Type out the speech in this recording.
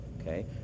Okay